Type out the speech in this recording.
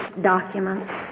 documents